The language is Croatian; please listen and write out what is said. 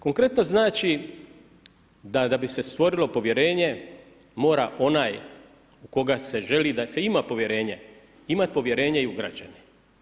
Konkretno znači da da bi se stvorilo povjerenje mora onaj u koga se želi da se ima povjerenje imati povjerenje i u građane.